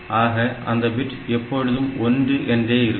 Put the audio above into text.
ஆக அந்த பிட் எப்பொழுதும் 1 என்றே இருக்கும்